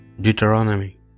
Deuteronomy